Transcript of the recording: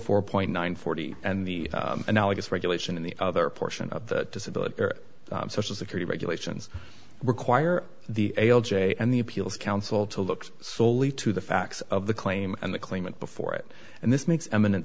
four point nine forty and the analogous regulation in the other portion of the disability social security regulations require the a l j and the appeals council to look solely to the facts of the claim and the claimant before it and this makes eminent